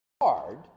hard